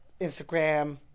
Instagram